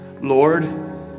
Lord